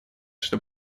что